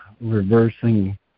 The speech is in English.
Reversing